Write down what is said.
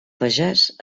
pagès